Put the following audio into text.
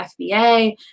FBA